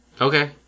Okay